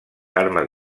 armes